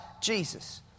Jesus